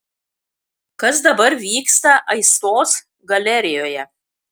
kas dabar vyksta aistos galerijoje